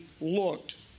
looked